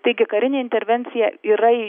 taigi karinė intervencija yra